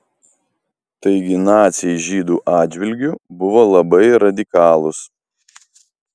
taigi naciai žydų atžvilgiu buvo labai radikalūs